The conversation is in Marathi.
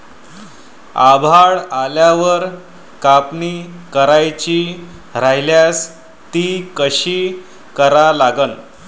आभाळ आल्यावर कापनी करायची राह्यल्यास ती कशी करा लागन?